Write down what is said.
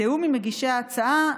בתיאום עם מגישי ההצעה,